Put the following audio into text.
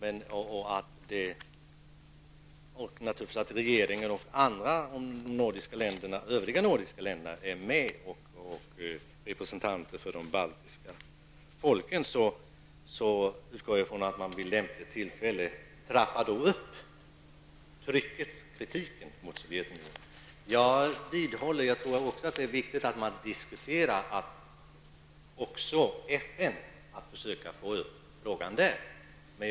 Eftersom nu även de andra nordiska länderna och representanter för de baltiska folken deltar, så utgår jag från att man vid lämpligt tillfälle trappar upp kritiken mot Sovjetunionen. Jag tror också att det är viktigt att man försöker få upp frågan i FN.